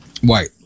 White